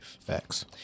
Facts